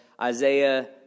Isaiah